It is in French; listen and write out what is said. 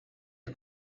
est